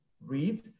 read